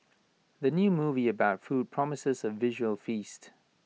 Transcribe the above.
the new movie about food promises A visual feast